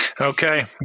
Okay